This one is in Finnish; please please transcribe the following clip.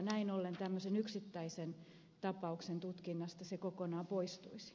näin ollen tämmöisen yksittäisen tapauksen tutkinnasta se kokonaan poistuisi